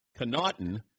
Connaughton